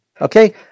Okay